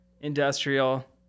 Industrial